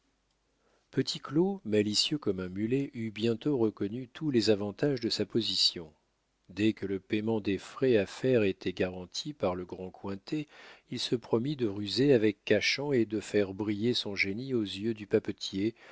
petit claud malicieux comme un mulet eut bientôt reconnu tous les avantages de sa position dès que le payement des frais à faire était garanti par le grand cointet il se promit de ruser avec cachan et de faire briller son génie aux yeux du papetier